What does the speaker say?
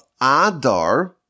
Adar